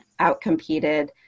outcompeted